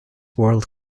world